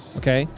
ok.